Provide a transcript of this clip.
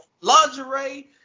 lingerie